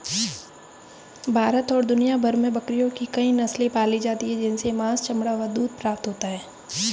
भारत और दुनिया भर में बकरियों की कई नस्ले पाली जाती हैं जिनसे मांस, चमड़ा व दूध प्राप्त होता है